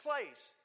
place